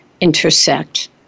intersect